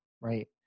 Right